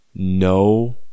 No